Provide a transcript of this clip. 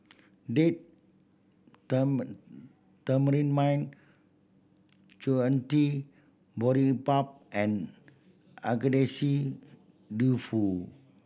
Date Tamarind Chutney Boribap and Agedashi Dofu